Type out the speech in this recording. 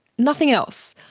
nothing else,